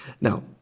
Now